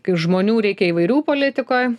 kaip žmonių reikia įvairių politikoj